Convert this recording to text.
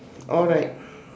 all right